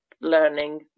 learning